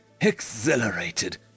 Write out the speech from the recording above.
exhilarated